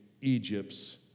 Egypt's